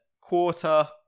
quarter